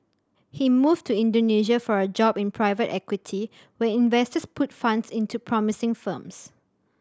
he moved to Indonesia for a job in private equity where investors put funds into promising firms